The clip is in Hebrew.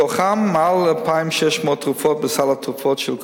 מתוכן מעל 2,600 תרופות בסל התרופות של קופות-חולים,